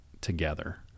together